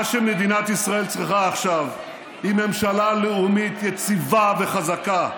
מה שמדינת ישראל צריכה עכשיו הוא ממשלה לאומית יציבה וחזקה,